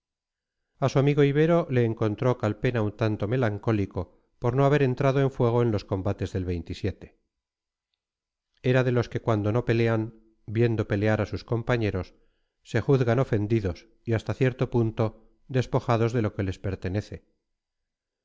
a su amigo ibero le encontró calpena un tanto melancólico por no haber entrado en fuego en los combates del era de los que cuando no pelean viendo pelear a sus compañeros se juzgan ofendidos y hasta cierto punto despojados de lo que les pertenece